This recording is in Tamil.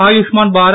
ஆயுஷ்மான் பாரத்